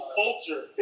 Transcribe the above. culture